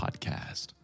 podcast